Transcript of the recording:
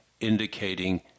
indicating